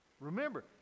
Remember